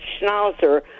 schnauzer